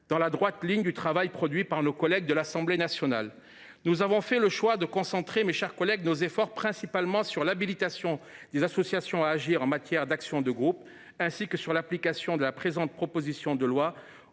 dans la droite ligne du travail produit par nos collègues de l’Assemblée nationale. Nous avons fait le choix de concentrer principalement nos efforts sur l’habilitation des associations à agir en matière d’action de groupe, ainsi que sur l’application de la présente proposition de loi